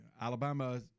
Alabama